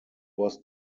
was